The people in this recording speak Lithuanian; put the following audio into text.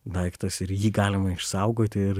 daiktas ir jį galima išsaugoti ir